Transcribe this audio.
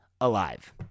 alive